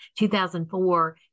2004